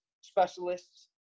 specialists